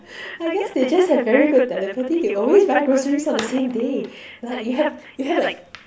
I guess they just have very good telepathy they will always buy groceries on the same day like you have you have like